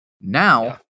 Now